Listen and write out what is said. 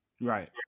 Right